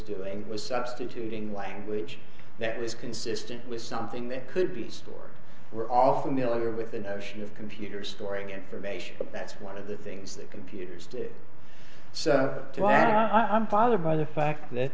doing was substituting language that is consistent with something that could be stored we're all familiar with the notion of computer storing information that's one of the things that computers so i'm father by the fact that